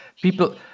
people